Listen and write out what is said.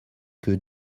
que